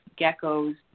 geckos